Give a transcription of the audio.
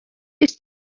ist